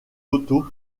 auto